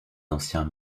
anciens